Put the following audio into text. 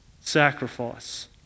sacrifice